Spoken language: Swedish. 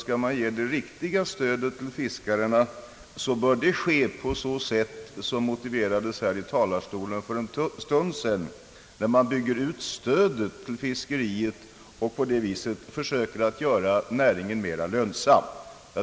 Skall man ge det riktiga stödet till fiskarna, bör det ske på det sätt som motiverades här i talarstolen för en stund sedan. Man bör då bygga ut stödet till fisket och på så sätt försöka göra näringen mer lönsam.